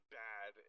bad